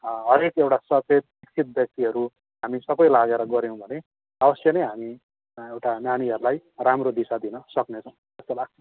हरेक एउटा सचेत शिक्षित व्यक्तिहरू हामी सबै लागेर गऱ्यौँ भने अवश्य नै हामी एउटा नानीहरूलाई राम्रो दिशा दिन सक्नेछौँ जस्तो लाग्छ